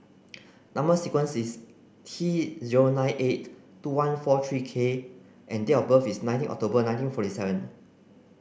number sequence is T zero nine eight two one four three K and date of birth is nineteen October nineteen forty seven